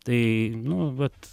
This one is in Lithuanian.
tai nu vat